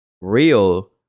real